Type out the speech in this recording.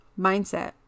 mindset